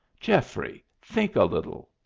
geoffrey, think a little.